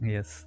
Yes